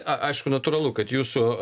a aišku natūralu kad jūsų